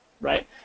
right